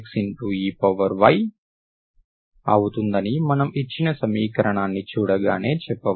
ఇది ∂M∂y12xey అవుతుందని మనం ఇచ్చిన సమీకరణాన్ని చూడగానే చెప్పవచ్చు